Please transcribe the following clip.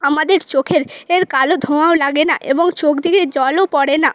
আমাদের চোখে এর কালো ধোঁয়াও লাগে না এবং চোখ থেকে জলও পড়ে না